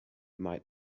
might